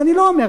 אני לא אומר,